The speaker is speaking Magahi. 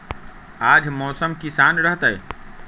आज मौसम किसान रहतै?